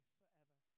forever